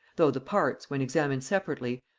though the parts, when examined separately,